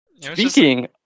Speaking